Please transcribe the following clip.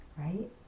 right